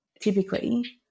typically